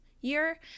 year